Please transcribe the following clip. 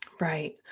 Right